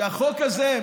שהחוק הזה,